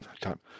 time